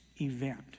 event